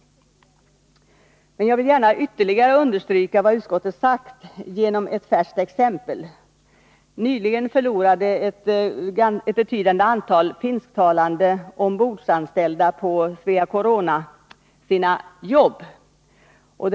Jag vill gärna ytterligare understryka vad utskottet sagt genom att ge ett Nr 156 färskt exempel. Nyligen förlorade ett betydande antal finsktalande ombords Torsdagen den anställda på Svea Corona sina arbeten.